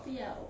不要